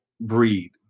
breathe